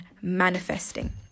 manifesting